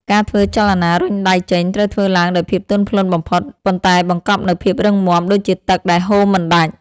ការធ្វើចលនា រុញដៃចេញ ត្រូវធ្វើឡើងដោយភាពទន់ភ្លន់បំផុត ប៉ុន្តែបង្កប់នូវភាពរឹងមាំដូចជាទឹកដែលហូរមិនដាច់។